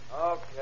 Okay